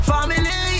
Family